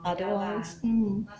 otherwise mm